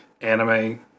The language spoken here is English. anime